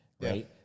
right